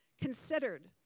Considered